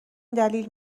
دلیل